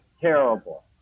terrible